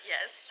Yes